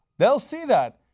they will see that,